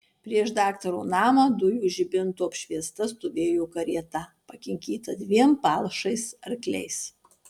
prieš daktaro namą dujų žibinto apšviesta stovėjo karieta pakinkyta dviem palšais arkliais